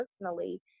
personally